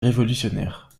révolutionnaires